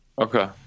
Okay